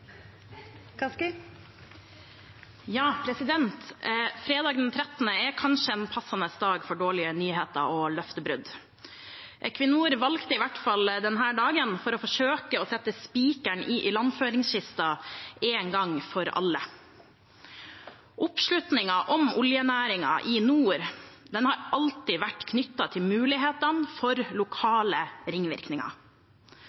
kanskje en passende dag for dårlige nyheter og løftebrudd. Equinor valgte i hvert fall denne dagen for å forsøke å sette spikeren i ilandføringskisten én gang for alle. Oppslutningen om oljenæringen i nord har alltid vært knyttet til mulighetene for